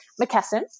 McKesson